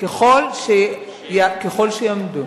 ככל שיעמדו